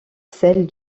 celle